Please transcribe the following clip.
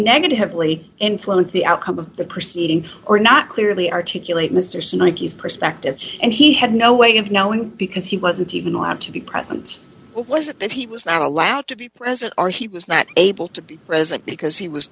negatively influence the outcome of the proceeding or not clearly articulate mr snuggies perspective and he had no way of knowing because he wasn't even allowed to be present was that he was not allowed to be present or he was that able to present because he was